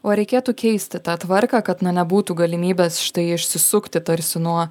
o reikėtų keisti tą tvarką kad na nebūtų galimybės štai išsisukti tarsi nuo